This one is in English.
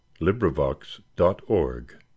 LibriVox.org